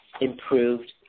improved